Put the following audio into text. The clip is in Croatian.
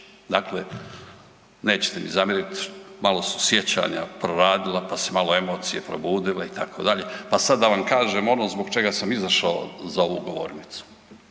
Dakle, nećete mi zamjerit, malo su sjećanja proradila, pa su se malo emocije probudile itd., pa sad da vam kažem ono zbog čega sam izašao za ovu govornicu.